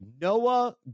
Noah